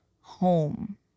home